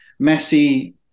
Messi